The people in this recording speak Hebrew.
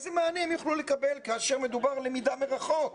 איזה מענה הם יוכלו לקבל כאשר מדובר על למידה מרחוק?